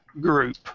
group